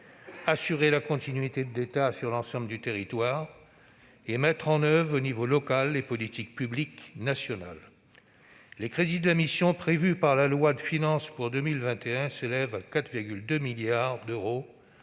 assurer la continuité de l'État sur l'ensemble du territoire ; mettre en oeuvre au niveau local les politiques publiques nationales. Les crédits de la mission prévus par la loi de finances pour 2021 s'élèvent à 4,2 milliards d'euros,